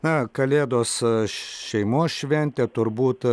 na kalėdos šeimos šventė turbūt